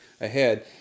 ahead